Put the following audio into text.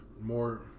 more